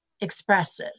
expresses